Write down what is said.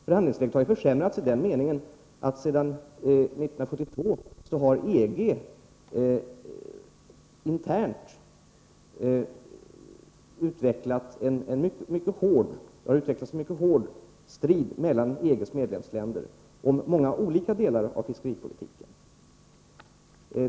Förhandlingsläget har försämrats i den meningen att sedan 1972 har det internt utvecklats en mycket hård strid mellan EG:s medlemsländer om många olika delar av fiskeripolitiken.